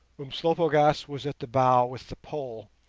umslopogaas was at the bow with the pole,